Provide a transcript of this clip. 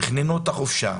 תכננו את החופשה,